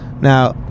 Now